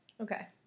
Okay